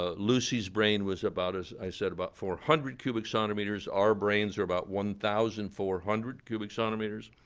ah lucy's brain was about, as i said, about four hundred cubic centimeters. our brains are about one thousand four hundred cubic centimeters.